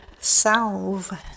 salve